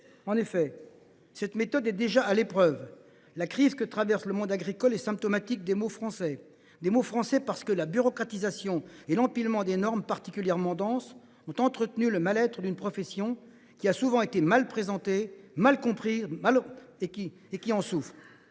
En effet, cette méthode est déjà à l’épreuve. La crise que traverse le monde agricole est symptomatique des maux français. La bureaucratisation et l’empilement de normes particulièrement denses ont entretenu le mal être d’une profession qui a souvent été mal présentée et mal comprise, et qui en souffre.